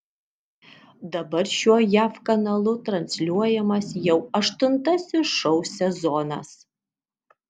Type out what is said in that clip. dabar šiuo jav kanalu transliuojamas jau aštuntasis šou sezonas